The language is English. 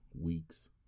week's